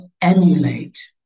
emulate